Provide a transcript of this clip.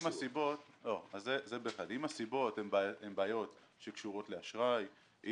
אם הסיבות הן בעיות שקשורות לאשראי,